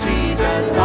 Jesus